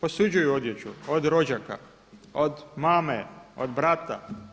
Posuđuju odjeću od rođaka, od mame, od brata.